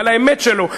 על האמת שלו.